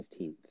15th